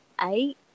eight